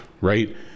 right